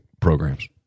programs